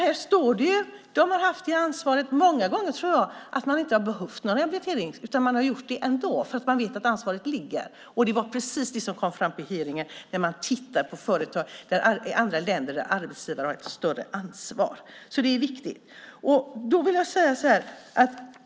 Här står det ju. De har haft det ansvaret många gånger, tror jag. Man har inte behövt någon rehabilitering, utan man har gjort det ändå, för man vet att ansvaret ligger där. Det var precis det som kom fram på hearingen när man tittar på företag i andra länder där arbetsgivarna har ett större ansvar. Det är viktigt.